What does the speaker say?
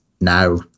now